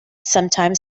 sometimes